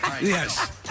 Yes